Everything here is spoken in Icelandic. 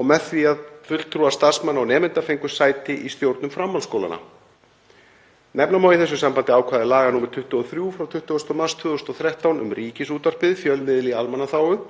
og að fulltrúar starfsmanna og nemenda hafi fengið sæti í stjórnum framhaldsskólanna. Nefna má í þessu sambandi ákvæði laga nr. 23 frá 20. mars 2013, um Ríkisútvarpið, fjölmiðil í almannaþágu,